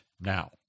now